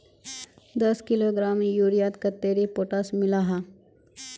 दस किलोग्राम यूरियात कतेरी पोटास मिला हाँ?